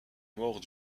mort